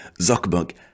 zuckerberg